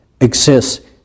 exists